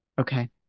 Okay